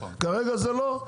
כרגע זה לא,